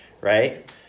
right